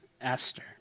Esther